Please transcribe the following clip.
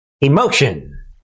Emotion